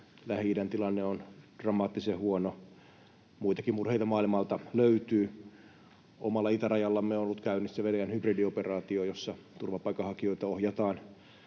Lähi-idän tilanne on dramaattisen huono. Muitakin murheita maailmalta löytyy. Omalla itärajallamme on ollut käynnissä Venäjän hybridioperaatio, jossa turvapaikanhakijoita ohjataan